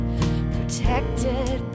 protected